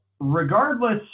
regardless